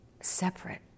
separate